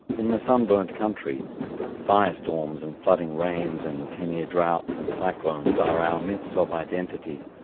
in the sunburnt country firestorms and flooding rains and ten year droughts and cyclones are our myths of identity.